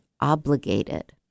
obligated